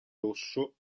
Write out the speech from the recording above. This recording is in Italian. rosso